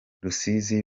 rusizi